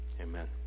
Amen